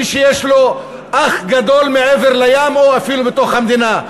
מי שיש לו אח גדול מעבר לים או אפילו בתוך המדינה.